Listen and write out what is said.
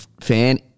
fan